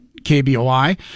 kboi